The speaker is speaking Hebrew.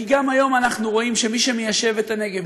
כי גם היום אנחנו רואים שמי שמיישב את הנגב,